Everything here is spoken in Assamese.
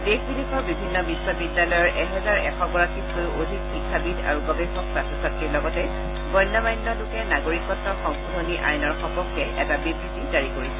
দেশ বিদেশৰ বিভিন্ন বিখবিদ্যালয়ৰ এহেজাৰ এশগৰাকীতকৈও অধিক শিক্ষাবিদ আৰু গৱেষক ছাত্ৰ ছাত্ৰীৰ লগতে গণ্য মান্য লোকে নাগৰিকত্ব সংশোধনী আইনৰ সপক্ষে এটা বিবৃতি জাৰি কৰিছে